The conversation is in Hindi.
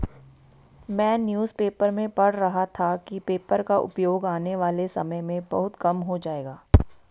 मैं न्यूज़ पेपर में पढ़ रहा था कि पेपर का उपयोग आने वाले समय में बहुत कम हो जाएगा